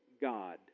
God